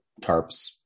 tarps